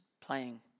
playing